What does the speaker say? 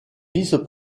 vice